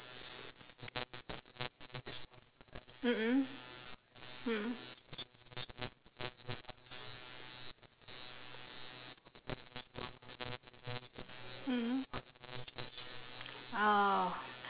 mm mm mm mm mm oh